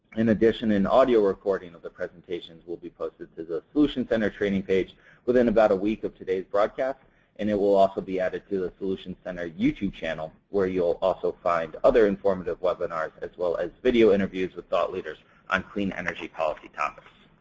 in addition, an audio recording and the presentations will be posted to the solutions center training page within about a few of today's broadcast and it will also be added to the solutions center youtube channel where you'll also find other informative webinars, as well as video interviews with thought leaders on clean energy policy topics.